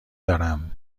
دارم